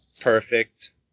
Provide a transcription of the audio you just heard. perfect